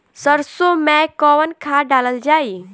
सरसो मैं कवन खाद डालल जाई?